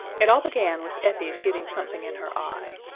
it all began with effie's getting something in her eye.